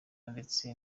ndetse